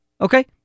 Okay